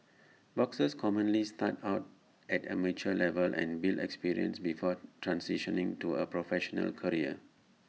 boxers commonly start out at amateur level and build experience before transitioning to A professional career